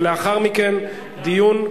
ולאחר מכן דיון,